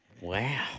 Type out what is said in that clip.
Wow